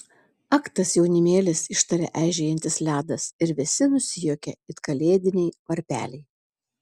ak tas jaunimėlis ištarė eižėjantis ledas ir visi nusijuokė it kalėdiniai varpeliai